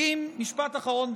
משפט אחרון,